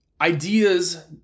ideas